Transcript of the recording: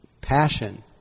passion